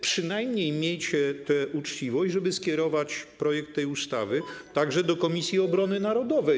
Przynajmniej miejcie tę uczciwość, żeby skierować projekt tej ustawy także do Komisji Obrony Narodowej.